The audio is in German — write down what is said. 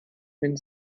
wenn